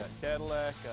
Cadillac